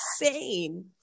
insane